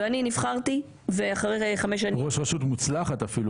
אני חייב לציין, אפילו ראש רשות מוצלחת.